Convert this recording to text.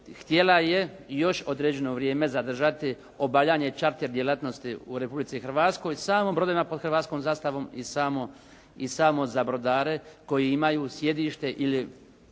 htjela je još određeno vrijeme zadržati obavljanje čarter djelatnosti u Republici Hrvatskoj samo brodovima pod hrvatskom zastavom i samo za brodare koji imaju sjedište ili